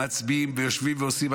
ומצביעים ויושבים ועושים,